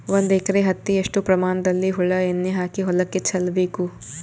ಒಂದು ಎಕರೆ ಹತ್ತಿ ಎಷ್ಟು ಪ್ರಮಾಣದಲ್ಲಿ ಹುಳ ಎಣ್ಣೆ ಹಾಕಿ ಹೊಲಕ್ಕೆ ಚಲಬೇಕು?